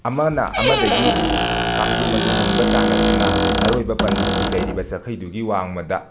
ꯑꯃꯅ ꯑꯃꯗꯒꯤ ꯀꯥꯡꯗ꯭ꯔꯨꯝ ꯑꯗꯨ ꯃꯨꯟꯕ ꯇꯥꯟꯅꯗꯨꯅ ꯑꯔꯣꯏꯕ ꯄꯟꯗꯨꯞꯀꯤ ꯂꯩꯔꯤꯕ ꯆꯩꯈꯩꯗꯨꯒꯤ ꯋꯥꯡꯃꯗ